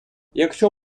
якщо